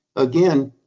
again,